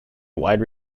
wide